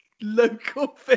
local